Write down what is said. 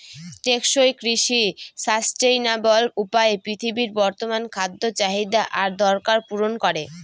টেকসই কৃষি সাস্টেইনাবল উপায়ে পৃথিবীর বর্তমান খাদ্য চাহিদা আর দরকার পূরণ করে